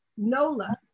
nola